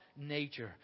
nature